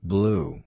Blue